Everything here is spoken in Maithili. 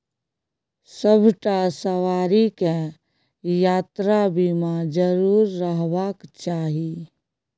सभटा सवारीकेँ यात्रा बीमा जरुर रहबाक चाही